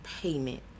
payment